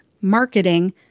marketing